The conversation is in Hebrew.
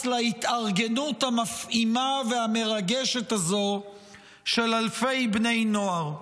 להתארגנות המפעימה והמרגשת הזאת של אלפי בני נוער?